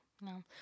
no